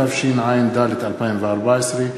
התשע"ד 2014,